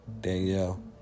Danielle